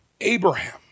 Abraham